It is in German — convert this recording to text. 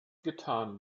getan